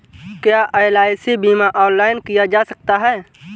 क्या एल.आई.सी बीमा ऑनलाइन किया जा सकता है?